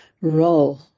role